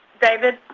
david.